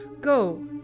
Go